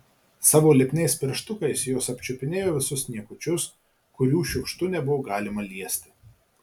savo lipniais pirštukais jos apčiupinėjo visus niekučius kurių šiukštu nebuvo galima liesti